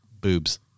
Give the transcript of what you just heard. boobs